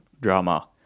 drama